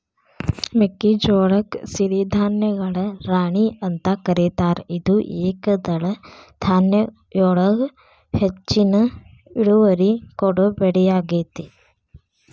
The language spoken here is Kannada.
ಮೆಕ್ಕಿಜೋಳಕ್ಕ ಸಿರಿಧಾನ್ಯಗಳ ರಾಣಿ ಅಂತ ಕರೇತಾರ, ಇದು ಏಕದಳ ಧಾನ್ಯದೊಳಗ ಹೆಚ್ಚಿನ ಇಳುವರಿ ಕೊಡೋ ಬೆಳಿಯಾಗೇತಿ